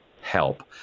help